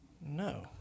No